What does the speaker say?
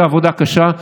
זו עבודה קשה,